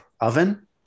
oven